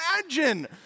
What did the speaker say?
imagine